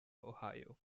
ohio